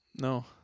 no